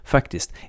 Faktiskt